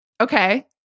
Okay